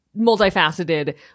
multifaceted